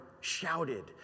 shouted